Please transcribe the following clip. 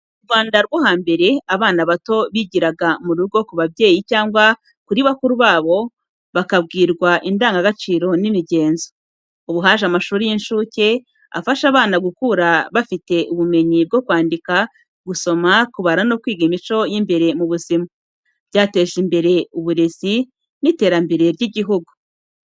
Mu Rwanda rwo hambere, abana bato bigiraga mu rugo ku babyeyi cyangwa kuri bakuru babo, bakabwirwa indangagaciro n'imigenzo. Ubu haje amashuri y’incuke afasha abana gukura bafite ubumenyi bwo kwandika, gusoma, kubara no kwiga imico y’imbere mu buzima. Byateje imbere uburezi n’iterambere ry’igihugu.